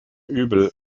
übel